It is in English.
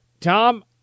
Tom –